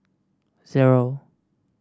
zero